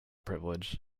privilege